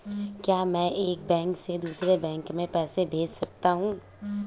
क्या मैं एक बैंक से दूसरे बैंक में पैसे भेज सकता हूँ?